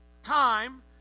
time